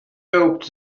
hoped